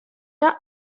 are